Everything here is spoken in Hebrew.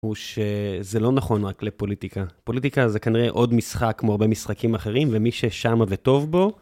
הוא שזה לא נכון רק לפוליטיקה. פוליטיקה זה כנראה עוד משחק כמו הרבה משחקים אחרים, ומי ששמה וטוב בו...